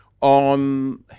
on